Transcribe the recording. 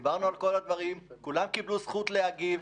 דיברנו על כל הדברים, כולם קיבלו זכות להגיב.